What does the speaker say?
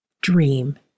dream